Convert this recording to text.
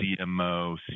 CMO